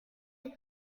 del